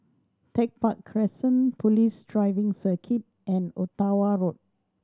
Tech Park Crescent Police Driving Circuit and Ottawa Road